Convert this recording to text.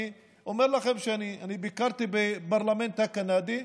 אני אומר לכם שאני ביקרתי בפרלמנט הקנדי.